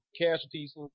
casualties